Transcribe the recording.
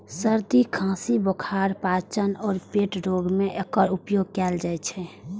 सर्दी, खांसी, बुखार, पाचन आ पेट रोग मे एकर उपयोग कैल जाइ छै